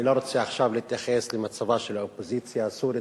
אני לא רוצה עכשיו להתייחס למצבה של האופוזיציה הסורית,